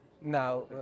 now